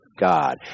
God